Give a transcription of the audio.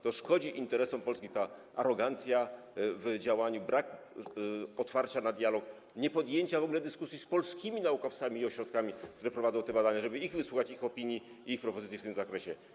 To szkodzi interesom Polski - ta arogancja w działaniu, brak otwarcia na dialog, niepodjęcie w ogóle dyskusji z polskimi naukowcami i ośrodkami, które prowadzą te badania, ich niesłuchanie, niesłuchanie ich opinii i ich propozycji w tym zakresie.